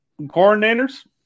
coordinators